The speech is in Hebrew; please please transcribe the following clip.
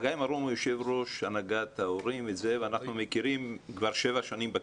מירום שיף הוא יושב ראש הנהגת ההורים ואנחנו מכירים כבר שבע שנים בכנסת.